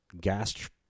gas